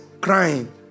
crying